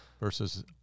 versus